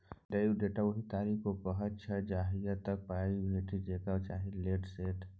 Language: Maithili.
ड्यु डेट ओहि तारीख केँ कहय छै जहिया तक पाइ भेटि जेबाक चाही लेट सेट